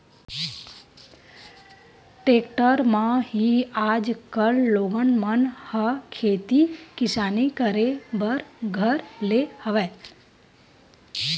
tractor म ही आजकल लोगन मन ह खेती किसानी करे बर धर ले हवय